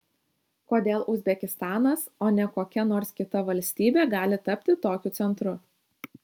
kodėl uzbekistanas o ne kokia nors kita valstybė gali tapti tokiu centru